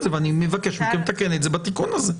זה ואני מבקש מכם לתקן את זה בתיקון הזה.